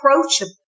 approachable